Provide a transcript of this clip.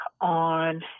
on